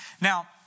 Now